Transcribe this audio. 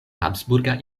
habsburga